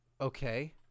Okay